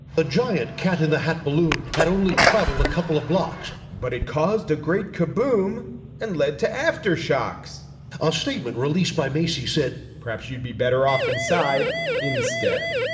ah giant cat in the hat balloon, had only traveled a couple of blocks, but it caused a great kaboom and led to aftershocks a ah statement released by macy's said perhaps you'd be better off inside instead.